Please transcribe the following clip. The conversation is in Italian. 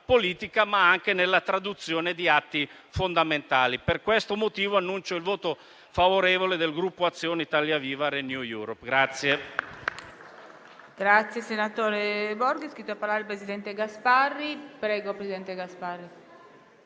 politica, sia nella traduzione di atti fondamentali. Per questo motivo annuncio il voto favorevole del Gruppo Azione-Italia Viva-Renew Europe.